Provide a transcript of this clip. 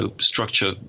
structure